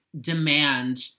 demand